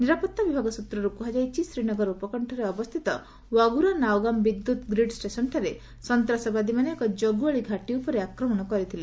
ନିରାପତ୍ତା ବିଭାଗ ସୂତ୍ରରୁ କୁହାଯାଇଛି ଶ୍ରୀନଗର ଉପକଣ୍ଠରେ ଅବସ୍ଥିତ ୱାଗୁରା ନାଓଗାମ୍ ବିଦ୍ୟୁତ୍ ଗ୍ରୀଡ଼୍ ଷ୍ଟେସନ୍ଠାରେ ସନ୍ତାସବାଦୀମାନେ ଏକ ଜଗୁଆଳୀ ଘାଟି ଉପରେ ଆକ୍ରମଣ କରିଥିଲେ